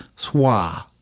Swa